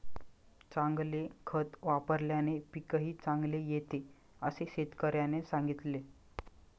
चांगले खत वापल्याने पीकही चांगले येते असे शेतकऱ्याने सांगितले